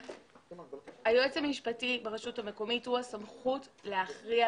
היועץ המשפטי ברשות המקומית הוא הסמכות להכריע,